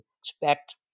expect